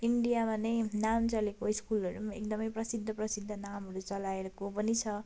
इन्डियामा नै नाम चलेको स्कुलहरू पनि एकदम प्रसिद्ध प्रसिद्ध नामहरू चलाएको पनि छ